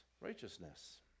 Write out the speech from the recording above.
righteousness